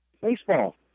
Baseball